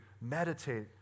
meditate